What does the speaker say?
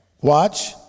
watch